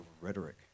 rhetoric